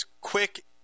quick